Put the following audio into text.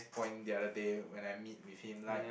point the other day when I meet with him like